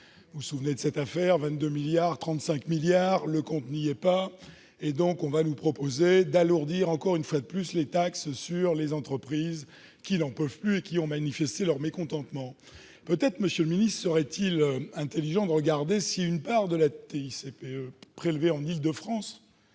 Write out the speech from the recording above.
Vous vous souvenez de cette affaire : 22 milliards d'euros, puis 35 milliards d'euros ... Le compte n'y est pas et on va donc nous proposer d'alourdir encore une fois les taxes sur les entreprises, qui n'en peuvent plus et qui ont manifesté leur mécontentement. Peut-être, monsieur le secrétaire d'État, serait-il intelligent de regarder si une part de la TICPE prélevée en Île-de-France